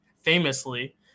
famously